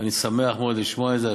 אני שמח מאוד לשמוע את זה.